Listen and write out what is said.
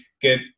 get